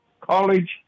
college